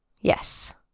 Yes